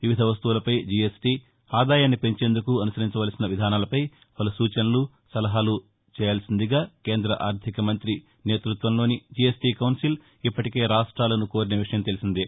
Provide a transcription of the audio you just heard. వివిధ వస్తువులపై జీఎస్టీ ఆదాయాన్ని పెంచేందుకు అనుసరించాల్సిన విధానాలపై పలు సూచనలు సలహాలు చేయాల్సిందిగా కేంద్ర ఆర్దిక మంత్రి నిర్మలా సీతారామన్ నేతృత్వంలోని జీఎస్టీ కౌన్సిల్ ఇప్పటికే రాష్టాలను కోరిన విషయం తెలిసిందే